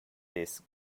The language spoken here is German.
des